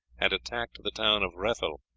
had attacked the town of rethel.